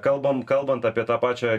kalbam kalbant apie tą pačią